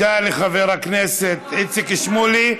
תודה לחבר הכנסת איציק שמולי.